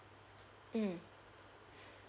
mm